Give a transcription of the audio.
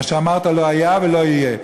מה שאמרת לא היה ולא יהיה.